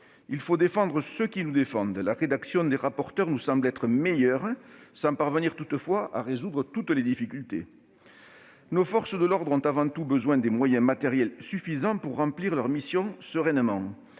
Il faut défendre ceux qui nous défendent. En la matière, la rédaction proposée par nos rapporteurs nous semble meilleure, sans qu'elle parvienne toutefois à résoudre toutes les difficultés. Nos forces de l'ordre ont avant tout besoin de moyens matériels suffisants pour remplir leur mission sereinement.